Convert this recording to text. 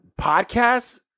Podcasts